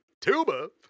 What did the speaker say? tuba